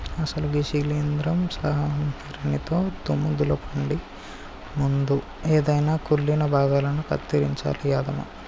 అసలు గీ శీలింద్రం సంహరినితో దుమ్ము దులపండి ముందు ఎదైన కుళ్ళిన భాగాలను కత్తిరించాలి యాదమ్మ